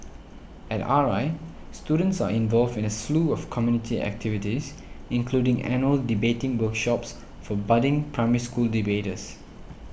at R I students are involved in a slew of community activities including annual debating workshops for budding Primary School debaters